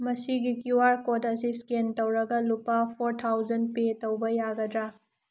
ꯃꯁꯤꯒꯤ Q R code ꯑꯁꯤ scan ꯇꯧꯔꯒ ꯂꯨꯄꯥ ꯐꯣꯔ ꯊꯥꯎꯖꯟ ꯄꯦ ꯇꯧꯕ ꯌꯥꯒꯗ꯭ꯔꯥ